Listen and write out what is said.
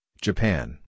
Japan